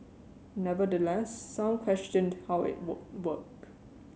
nevertheless some questioned how it would work